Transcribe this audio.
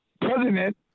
president